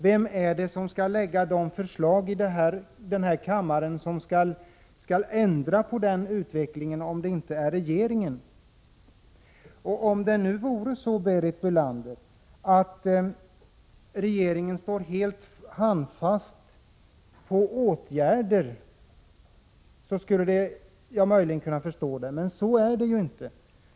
Vem är det som skall lägga fram de förslag här i kammaren som skall ändra på den utvecklingen, om det inte är regeringen? Om det nu vore så, Berit Bölander, att regeringen verkligen ville vidta åtgärder men saknade idéer och förslag, skulle jag möjligen kunna förstå det, men så är det ju inte.